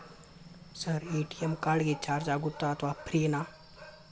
Sir ATM card ಗೆ charge ಆಗುತ್ತಾ ಅಥವಾ ಫ್ರೇ ನಾ?